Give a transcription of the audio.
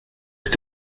ist